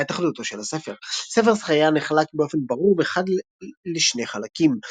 בעיית אחדותו של הספר ספר זכריה נחלק באופן ברור וחד לשני חלקים.